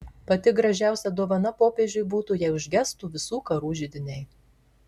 pati gražiausia dovana popiežiui būtų jei užgestų visų karų židiniai